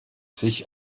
sich